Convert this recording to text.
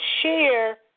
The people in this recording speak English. share